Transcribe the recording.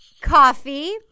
Coffee